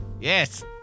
Yes